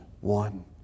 one